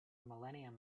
millennium